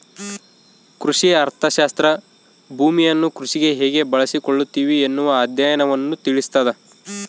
ಕೃಷಿ ಅರ್ಥಶಾಸ್ತ್ರ ಭೂಮಿಯನ್ನು ಕೃಷಿಗೆ ಹೇಗೆ ಬಳಸಿಕೊಳ್ಳುತ್ತಿವಿ ಎನ್ನುವ ಅಧ್ಯಯನವನ್ನು ತಿಳಿಸ್ತಾದ